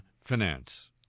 Finance